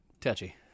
Touchy